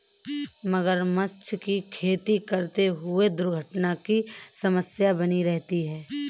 मगरमच्छ की खेती करते हुए दुर्घटना की समस्या बनी रहती है